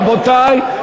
רבותי,